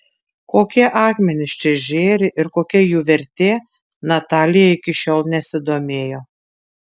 kokie akmenys čia žėri ir kokia jų vertė natalija iki šiol nesidomėjo